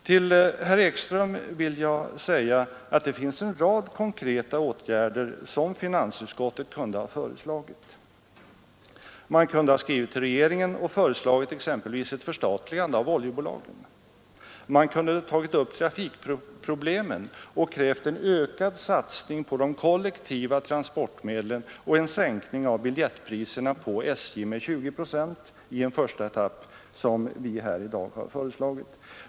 Till herr Ekström vill jag säga att det finns en rad konkreta åtgärder som finansutskottet kunde ha föreslagit: man kunde ha skrivit till regeringen och föreslagit exempelvis ett förstatligande av oljebolagen, och man kunde ha tagit upp trafikproblemen och krävt ökad satsning på de kollektiva transportmedlen och en sänkning av biljettpriserna på SJ med 20 procent i en första etapp, som vi här i dag har föreslagit.